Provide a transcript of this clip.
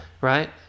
Right